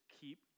keep